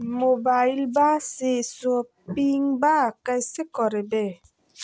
मोबाइलबा से शोपिंग्बा कैसे करबै?